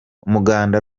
umuganda